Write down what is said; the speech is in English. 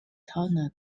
tornado